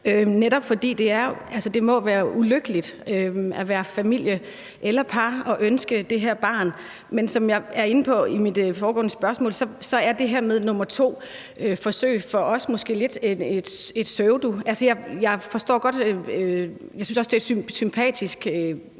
netop fordi det må være ulykkeligt at være familie eller par og ønske sig det her barn. Men som jeg er inde på i mit foregående spørgsmål, er det her med forsøg nummer to for os måske lidt et pseudotilbud. Altså, jeg synes, det er et sympatisk tilbud,